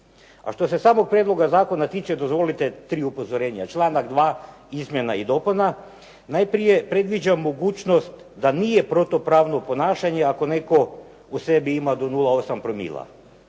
A što se samog prijedloga zakona tiče, dozvolite tri upozorenja. Članak 2. izmjena i dopuna najprije predviđa mogućnost da nije protupravno ponašanje ako netko u sebi ima do 0,8 promila.